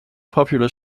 popular